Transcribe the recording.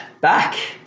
back